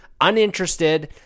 uninterested